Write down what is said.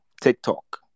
TikTok